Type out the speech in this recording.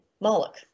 Moloch